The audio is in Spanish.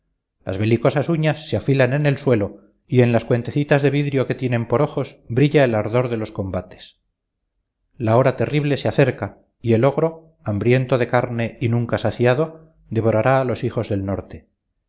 oñá oís las belicosas uñas se afilan en el suelo y en las cuentecitas de vidrio que tienen por ojos brilla el ardor de los combates la hora terrible se acerca y el ogro hambriento de carne y nunca saciado devorará a los hijos del norte